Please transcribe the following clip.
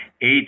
eight